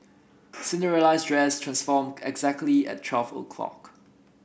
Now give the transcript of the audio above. Cinderella's dress transformed exactly at twelve o'lock